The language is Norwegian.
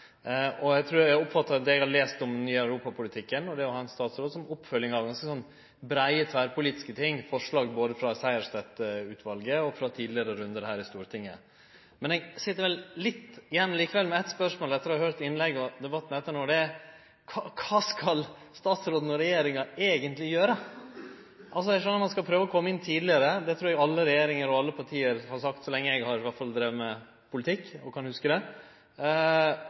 Eg oppfattar at det eg har lese om den nye europapolitikken, og det å ha ein særskild statsråd som ei oppfølging av ganske breie tverrpolitiske ting, er forslag frå både Sejersted-utvalet og tidlegare rundar her i Stortinget. Men eg sit likevel igjen med eit spørsmål etter å ha høyrt innlegget og debatten no: Kva skal statsråden og regjeringa eigentleg gjere? Eg skjønar at ein skal prøve å kome inn tidlegare. Det trur eg alle regjeringar og alle parti har sagt – i alle fall så lenge eg har drive med politikk og kan hugse det.